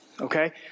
okay